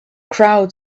crowd